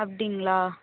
அப்படிங்களா